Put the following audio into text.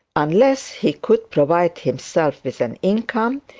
unless he could provide himself with an income,